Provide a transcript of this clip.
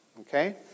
Okay